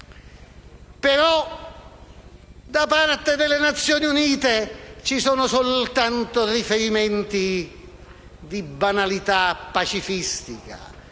ma da parte delle Nazioni Unite ci sono soltanto riferimenti di banalità pacifistica